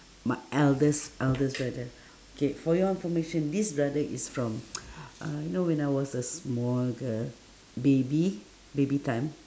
my eldest eldest brother okay for your information this brother is from uh you know when I was a small girl baby baby time